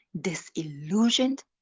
disillusioned